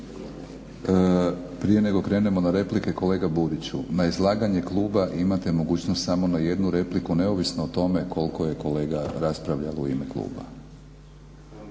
Prije nego krenemo na replike, kolega Buriću na izlaganje kluba imate mogućnost samo na jednu repliku neovisno o tome koliko je kolega raspravljao u ime kluba.